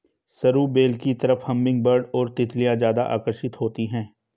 सरू बेल की तरफ हमिंगबर्ड और तितलियां ज्यादा आकर्षित होती हैं